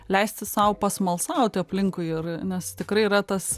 leisti sau pasmalsauti aplinkui ir ir nes tikrai yra tas